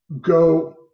go